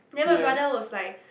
then my brother was like